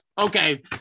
okay